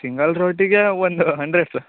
single ರೋಟಿಗೆ ಒಂದು hundred sir